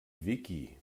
wiki